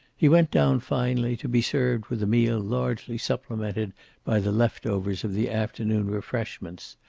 he went down finally, to be served with a meal largely supplemented by the left-overs of the afternoon refreshments,